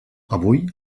avui